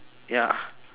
ya